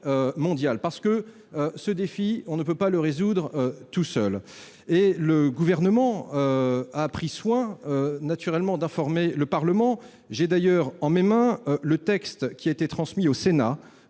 mondial. Ce défi, on ne peut pas le résoudre tout seul. Le Gouvernement a pris soin, naturellement, d'informer le Parlement. J'ai d'ailleurs entre mes mains le texte qui a été transmis au Sénat,